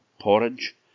porridge